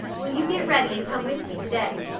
will you get ready and come with me to-day?